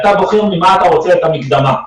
אתה בוחר ממה אתה רוצה את המקדמה.